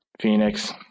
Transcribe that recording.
Phoenix